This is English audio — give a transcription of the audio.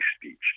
speech